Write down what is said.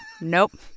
nope